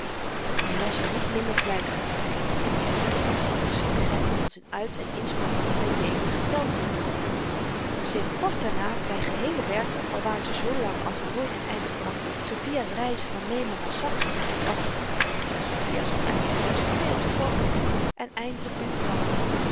hy las er niet minder vlytig om in den beginne zou de geschiedschryver van z'n uit en inspanning by deelen geteld hebben zeer kort daarna by geheele werken al waren ze zoo lang als de nooit ten eind gebrachte sophia's reize van memel naar saksen och wouter vond sophia's oneindige reis veel te kort en eindelyk by planken